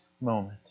moment